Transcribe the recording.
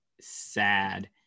sad